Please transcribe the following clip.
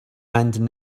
and